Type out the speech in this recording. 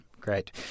Great